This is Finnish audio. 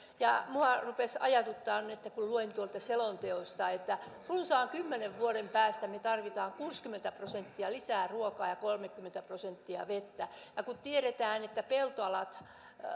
minua rupesi ajatuttamaan kun luin tuolta selonteosta että runsaan kymmenen vuoden päästä me tarvitsemme kuusikymmentä prosenttia lisää ruokaa ja kolmekymmentä prosenttia vettä kun tiedetään että peltoalat